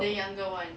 the younger one